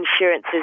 insurances